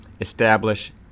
establish